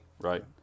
right